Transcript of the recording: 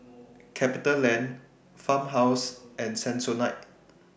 CapitaLand Farmhouse and Sensodyne